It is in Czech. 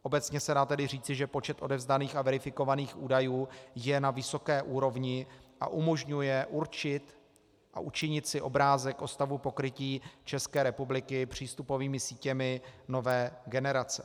Obecně se tedy dá říci, že počet odevzdaných a verifikovaných údajů je na vysoké úrovni a umožňuje určit a učinit si obrázek o stavu pokrytí České republiky přístupovými sítěmi nové generace.